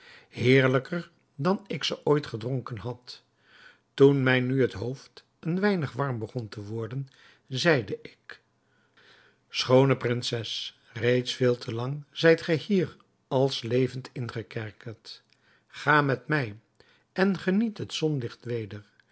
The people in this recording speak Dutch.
heerlijker dan ik ze ooit gedronken had toen mij nu het hoofd een weinig warm begon te worden zeide ik schoone prinses reeds veel te lang zijt gij hier als levend ingekerkerd ga met mij en geniet het zonlicht weder